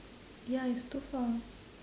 ya it's too far